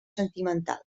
sentimental